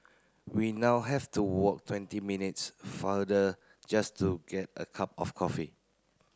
we now have to walk twenty minutes farther just to get a cup of coffee